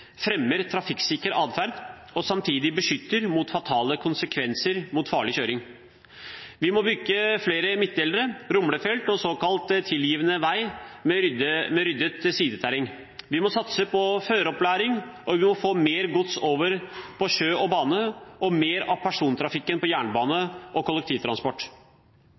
fremmer trafikksikker atferd og samtidig beskytter mot fatale konsekvenser av farlig kjøring. Vi må bygge flere midtdelere, rumlefelt og såkalt tilgivende vei med ryddet sideterreng. Vi må satse på føreropplæring, vi må få mer gods over på sjø og bane, og mer av persontrafikken over på jernbane og kollektivtransport.